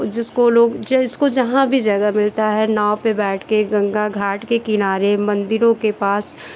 जिसको लोग जिसको जहाँ भी जगह मिलता है नाव पे बैठ के गंगा घाट के किनारे मंदिरों के पास